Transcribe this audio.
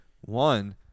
one